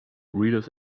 reader’s